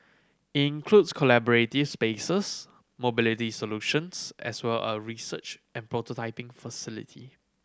it includes collaborative spaces mobility solutions as well as a research and prototyping facility